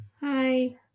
Hi